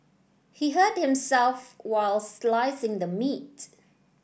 he hurt himself while slicing the meat